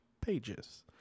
pages